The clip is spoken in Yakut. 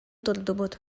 турбут